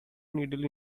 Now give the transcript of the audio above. needle